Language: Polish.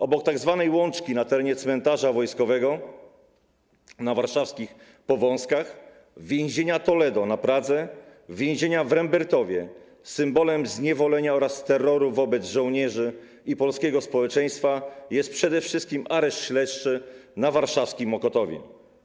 Obok tzw. Łączki na terenie Cmentarza Wojskowego na warszawskich Powązkach, więzienia Toledo na Pradze, więzienia w Rembertowie symbolem zniewolenia oraz terroru wobec żołnierzy i polskiego społeczeństwa jest przede wszystkim areszt śledczy na warszawskim Mokotowie.